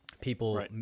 People